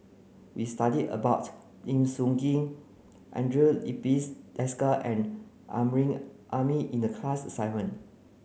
we studied about Lim Sun Gee Andre Filipe Desker and Amrin Amin in the class assignment